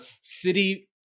City